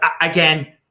again